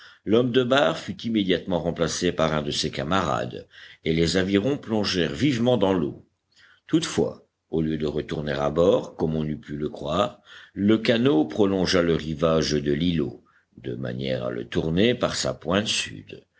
l'homme de barre fut immédiatement remplacé par un de ses camarades et les avirons plongèrent vivement dans l'eau toutefois au lieu de retourner à bord comme on eût pu le croire le canot prolongea le rivage de l'îlot de manière à le tourner par sa pointe sud